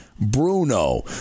Bruno